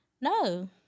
no